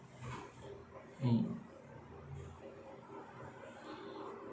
mm